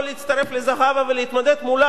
לזהבה ולהתמודד מולה על ראשות מרצ,